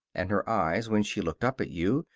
and her eyes when she looked up at you,